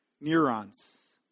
neurons